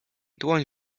dłoń